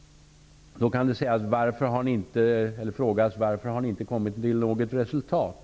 Då kan man fråga: Varför har ni inte kommit till något resultat?